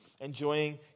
Enjoying